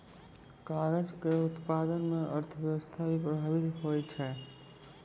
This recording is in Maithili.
कागज केरो उत्पादन म अर्थव्यवस्था भी प्रभावित होय छै